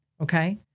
okay